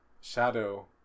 Shadow